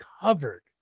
covered